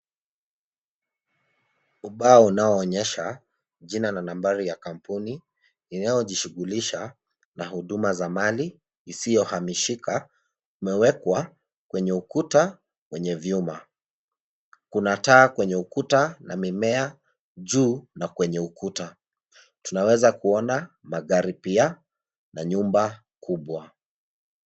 Ubao unaoonyesha jina na nambari ya kampuni inayojishughulisha na huduma za mali isiyohamishika umewekwa kwenye ukuta wenye vyuma. Kuna taa kwenye ukuta na mimea juu na kwenye ukuta. Tunaweza kuona magari pia na nyumba kubwa.